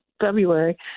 February